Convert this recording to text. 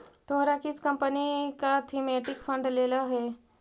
तोहरा किस कंपनी का थीमेटिक फंड लेलह हे